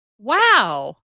Wow